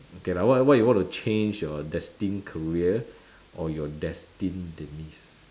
okay lah what what you want to change your destined career or your destined demise